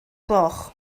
gloch